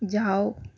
جاؤ